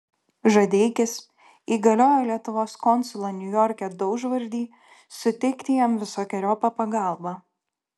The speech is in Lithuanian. žadeikis įgaliojo lietuvos konsulą niujorke daužvardį suteikti jam visokeriopą pagalbą